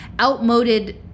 outmoded